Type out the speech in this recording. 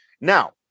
Now